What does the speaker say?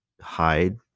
hide